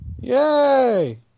Yay